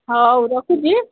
ହଉ ରଖୁଛିି